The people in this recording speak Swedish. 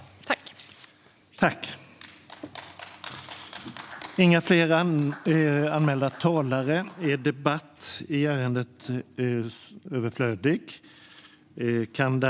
I anförandet instämde Erik Ottoson .